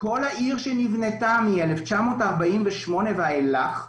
כל העיר שנבנתה מ-1948 ואילך,